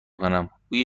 کنم، بوی